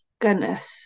goodness